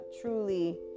truly